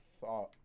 thought